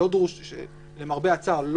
שלמרבה הצער,